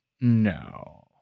No